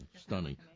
Stunning